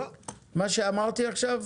את מה שאמרתי עכשיו?